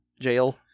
jail